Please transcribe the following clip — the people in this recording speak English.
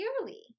clearly